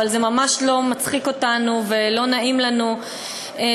אבל זה ממש לא מצחיק אותנו ולא נעים לנו שמדי